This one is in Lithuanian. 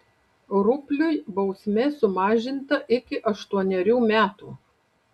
rupliui bausmė sumažinta iki aštuonerių metų